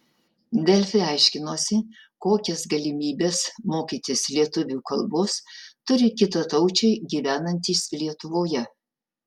delfi aiškinosi kokias galimybes mokytis lietuvių kalbos turi kitataučiai gyvenantys lietuvoje